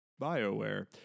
BioWare